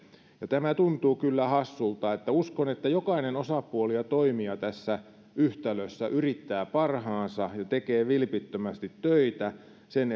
tämä tuntuu kyllä hassulta uskon että jokainen osapuoli ja toimija tässä yhtälössä yrittää parhaansa ja tekee vilpittömästi töitä sen